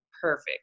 Perfect